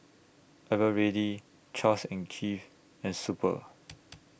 Eveready Charles and Keith and Super